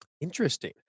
Interesting